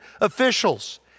officials